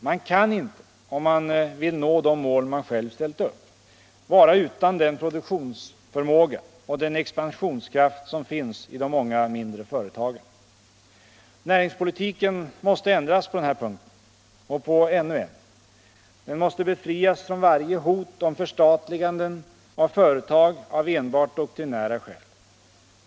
Man kan inte — om man vill nå de mål man själv ställt upp — vara utan den produktionsförmåga och den expansionskraft som finns i de många mindre företagen. Näringspolitiken måste ändras på den här punkten. Och på ännu en. Den måste befrias från varje hot om förstatliganden av företag av enbart doktrinära skäl.